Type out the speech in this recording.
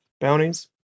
bounties